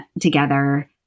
together